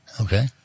Okay